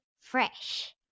fresh